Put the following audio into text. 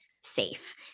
safe